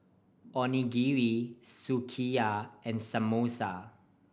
Onigiri Sukiyaki and Samosa